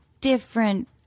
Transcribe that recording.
different –